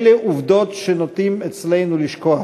אלה עובדות שנוטים אצלנו לשכוח,